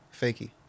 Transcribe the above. Fakie